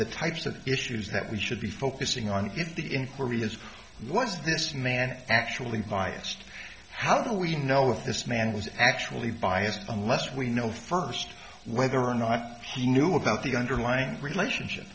the types of issues that we should be focusing on if the inquiry is what does this man actually biased how do we know if this man was actually biased unless we know first whether or not he knew about the underlying relationship